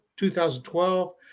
2012